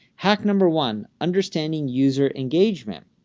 hack number one, understanding user engagement.